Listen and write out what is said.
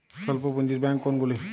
স্বল্প পুজিঁর ব্যাঙ্ক কোনগুলি?